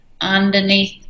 underneath